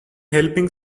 helping